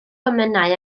emynau